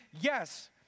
yes